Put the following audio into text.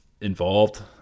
involved